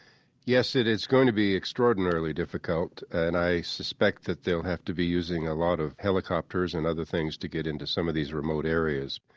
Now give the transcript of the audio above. yes, it's going to be extraordinarily difficult. and i suspect that they'll have to be using a lot of helicopters and other things to get into some of these remote areas.